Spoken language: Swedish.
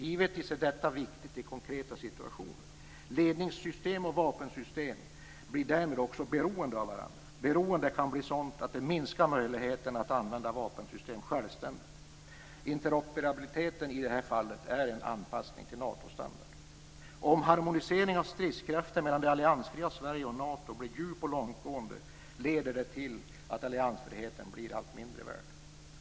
Givetvis är detta viktigt i konkreta situationer. Ledningsfunktioner och vapensystem blir därmed också beroende av varandra. Beroendet kan bli sådant att det minskar möjligheterna att använda vapensystem självständigt. Interoperabiliteten i det här fallet är en anpassning till Natostandard. Om harmoniseringen av stridskrafter mellan det alliansfria Sverige och Nato blir djup och långtgående leder det till att alliansfriheten blir allt mindre värd.